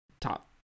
top